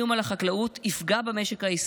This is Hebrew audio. כל איום על החקלאות יפגע במשק הישראלי